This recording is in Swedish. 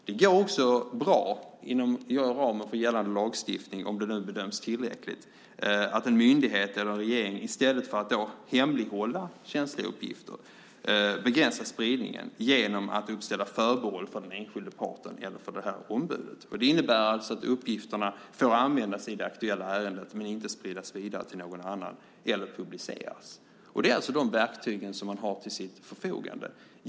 Det går också bra inom ramen för gällande lagstiftning, om det nu bedöms som tillräckligt, att en myndighet eller en regering i stället för att hemlighålla känsliga uppgifter begränsar spridningen genom att uppställa förbehåll för den enskilda parten eller för ombudet. Det innebär alltså att uppgifterna får användas i det aktuella ärendet men inte spridas vidare till någon annan eller publiceras. Det är de verktyg som man har till sitt förfogande.